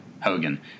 Hogan